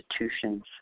institutions